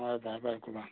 ꯍꯣꯏ ꯐꯔꯦ ꯐꯔꯦ